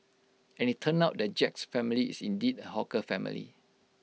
and IT turned out that Jack's family is indeed A hawker family